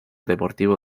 deportivo